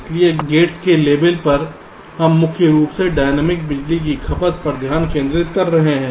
इसलिए गेट्स के लेबल पर हम मुख्य रूप से डायनामिक बिजली की खपत पर ध्यान केंद्रित कर रहे हैं